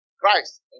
Christ